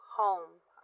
home